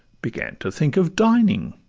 began to think of dining.